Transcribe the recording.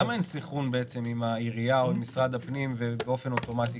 למה אין סנכרון עם העירייה או עם משרד הפנים באופן אוטומטי?